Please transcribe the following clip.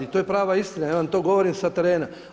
To je prava istina, ja vam to govorim sa terena.